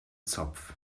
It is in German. zopf